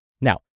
Now